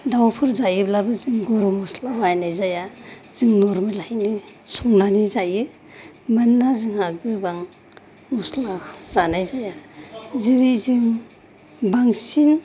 दाउ फोर जायोब्लाबो जों गरम मस्ला बाहायनाय जाया जों नरमेलआवनो संनानै जायो मानोना जोंहा गोबां मस्ला जानाय जाया जेरै जों बांसिन